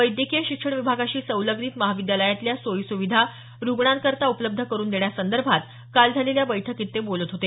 वैद्यकीय शिक्षण विभागाशी संलग्नित महाविद्यालयातल्या सोयी सुविधा रुग्णांकरता उपलब्ध करुन देण्यासंदर्भात काल झालेल्या बैठकीत ते बोलत होते